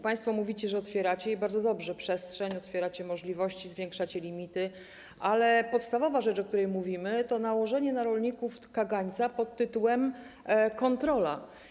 Państwo mówicie, że otwieracie, i bardzo dobrze, przestrzeń, otwieracie możliwości, zwiększacie limity, ale podstawowa rzecz, o której mówimy, to nałożenie na rolników kagańca pod nazwą: kontrola.